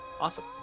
awesome